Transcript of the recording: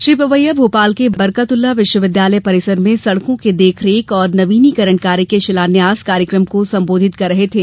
श्री पवैया भोपाल के बरकतउल्ला विश्वविद्यालय परिसर में सड़कों के देखरेख और नवीनीकरण कार्य के शिलान्यास कार्यक्रम को संबोधित कर रहे थे